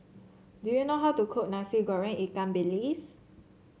do you know how to cook Nasi Goreng Ikan Bilis